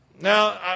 Now